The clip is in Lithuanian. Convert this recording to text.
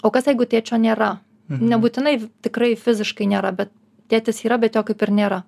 o kas jeigu tėčio nėra nebūtinai tikrai fiziškai nėra bet tėtis yra bet jo kaip ir nėra